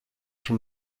from